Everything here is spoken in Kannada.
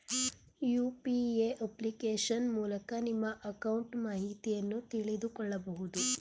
ಯು.ಪಿ.ಎ ಅಪ್ಲಿಕೇಶನ್ ಮೂಲಕ ನಿಮ್ಮ ಅಕೌಂಟ್ ಮಾಹಿತಿಯನ್ನು ತಿಳಿದುಕೊಳ್ಳಬಹುದು